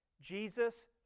Jesus